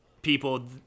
People